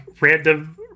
random